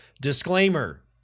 Disclaimer